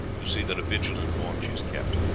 to see that a vigilant watch is kept.